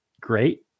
great